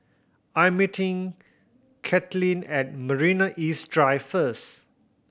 I'm meeting Kaitlynn at Marina East Drive first